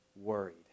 worried